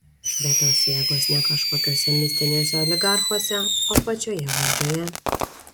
bet tos jėgos ne kažkokiuose mistiniuose oligarchuose o pačioje valdžioje